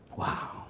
Wow